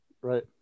Right